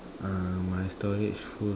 uh my storage full